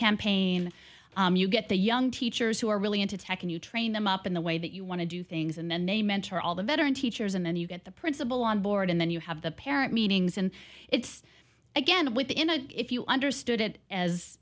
campaign you get the young teachers who are really into tech and you train them up in the way that you want to do things in the name mentor all the veteran teachers and then you get the principal on board and then you have the parent meetings and it's again within a if you understood it as